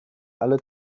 alle